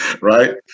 right